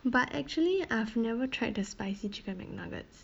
but actually I've never tried the spicy chicken mcnuggets